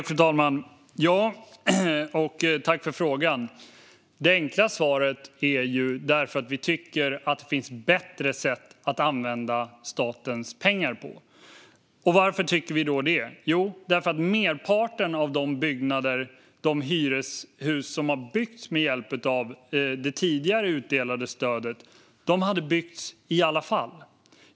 Fru talman! Tack för frågan! Det enkla svaret är: Vi tycker att det finns bättre sätt att använda statens pengar. Varför tycker vi det? Jo, därför att merparten av de hyreshus som har byggts med hjälp av det tidigare utdelade stödet hade byggts i alla fall.